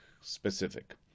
specific